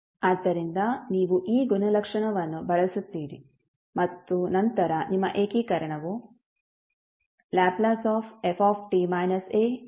ಆದ್ದರಿಂದ ನೀವು ಈ ಲಕ್ಷಣವನ್ನು ಬಳಸುತ್ತೀರಿ ಮತ್ತು ನಂತರ ನಿಮ್ಮ ಏಕೀಕರಣವು Lft auafe stdt ಆಗುತ್ತದೆ